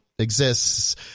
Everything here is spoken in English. exists